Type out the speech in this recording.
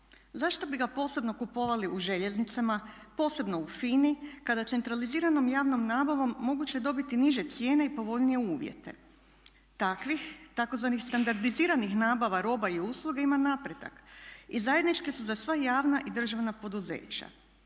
Zašto bi ga posebno kupovali u Željeznicama, posebno u FINA-i kada centraliziranom javnom nabavom moguće je dobiti niže cijene i povoljnije uvjete? Takvih, tzv. standardiziranih nabava roba i usluga ima napredak i zajedničke su za sva javna i državna poduzeća.